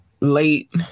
late